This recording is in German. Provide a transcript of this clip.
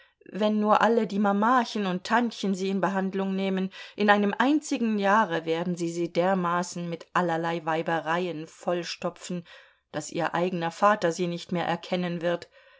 wenn nur alle die mamachen und tantchen sie in behandlung nehmen in einem einzigen jahre werden sie sie dermaßen mit allerlei weibereien vollstopfen daß ihr eigener vater sie nicht mehr erkennen wird